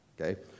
Okay